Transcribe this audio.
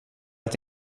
ett